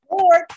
Lord